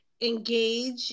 engage